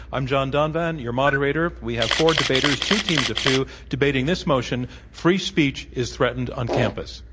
i'm john donvan, your moderator. we have four debaters two, teams of two, debating this motion free speech is threatened on campus.